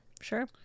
sure